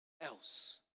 else